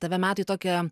tave meta į tokią